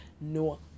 no